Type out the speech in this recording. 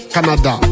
Canada